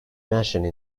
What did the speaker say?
mentioned